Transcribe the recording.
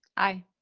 aye.